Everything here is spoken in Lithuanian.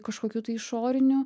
kažkokių tai išorinių